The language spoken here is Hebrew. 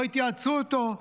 לא התייעצו איתו,